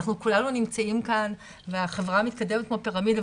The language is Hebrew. אנחנו כולנו נמצאים כאן והחברה מתקדמת כמו פירמידה.